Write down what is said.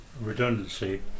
redundancy